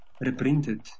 reprinted